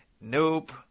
nope